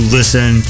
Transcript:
listen